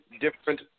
different